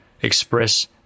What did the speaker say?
express